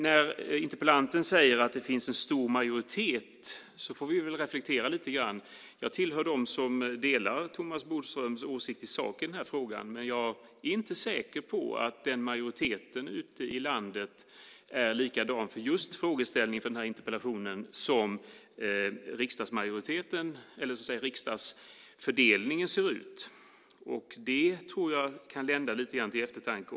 När interpellanten säger att det finns en stor majoritet får vi reflektera lite. Jag tillhör dem som delar Thomas Bodströms åsikt i sak i frågan, men jag är inte säker på att majoriteten ute i landet är densamma för just frågeställningen i interpellationen som riksdagsfördelningen ser ut. Det kan lända till eftertanke.